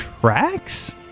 tracks